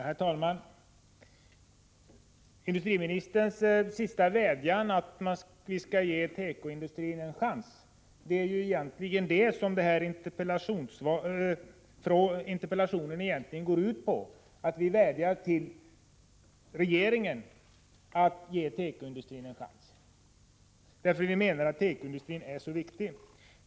Herr talman! Industriministerns vädjan att vi skall ge tekoindustrin en chans är egentligen vad interpellationen går ut på. Vi vädjar till regeringen att ge tekoindustrin en chans. Vi menar att tekoindustrin är mycket viktig.